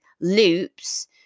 loops